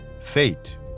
fate